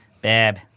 Bab